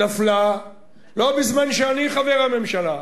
נפלה לא בזמן שאני חבר הממשלה,